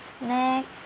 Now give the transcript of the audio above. next